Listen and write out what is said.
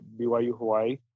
BYU-Hawaii